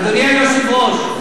אדוני היושב-ראש,